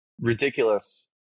ridiculous